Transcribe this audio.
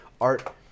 Art